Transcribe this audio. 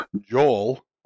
Joel